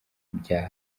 bya